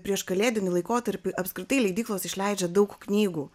prieškalėdinį laikotarpį apskritai leidyklos išleidžia daug knygų